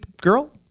girl